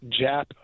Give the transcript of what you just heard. Jap